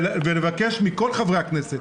ולבקש מכל חברי הכנסת,